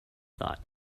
thought